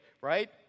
Right